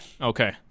Okay